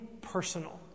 personal